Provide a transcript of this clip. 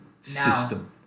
system